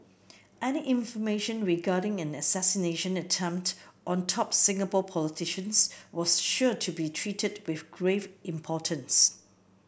any information regarding an assassination attempt on top Singapore politicians was sure to be treated with grave importance